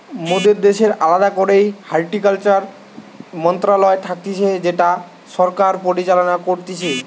মোদের দ্যাশের আলদা করেই হর্টিকালচারের মন্ত্রণালয় থাকতিছে যেটা সরকার পরিচালনা করতিছে